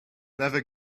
never